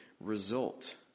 result